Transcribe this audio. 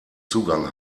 zugang